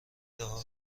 دهها